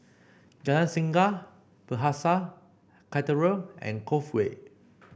Jalan Singa Bethesda Cathedral and Cove Way